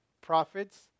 prophets